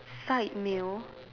side meal